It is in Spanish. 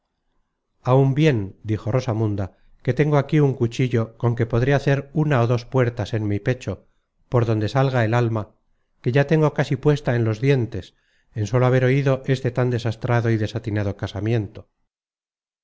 aun bien dijo rosamunda que tengo aquí un cuchillo con que podré hacer una ó dos puertas en mi pecho por donde salga el alma que ya tengo casi puesta en los dientes en sólo haber oido este tan desastrado y desatinado casamiento